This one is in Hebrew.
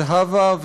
זהבה,